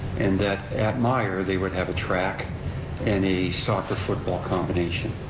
and that at myer they would have a track and a soccer football combination.